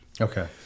Okay